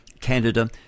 Canada